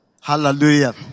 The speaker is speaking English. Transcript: Hallelujah